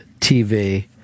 TV